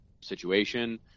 situation